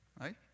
right